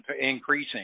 increasing